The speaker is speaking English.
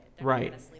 Right